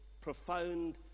profound